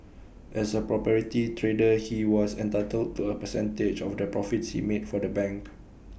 as A propriety trader he was entitled to A percentage of the profits he made for the bank